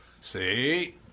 See